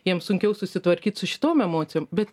jiems sunkiau susitvarkyt su šitom emocijom bet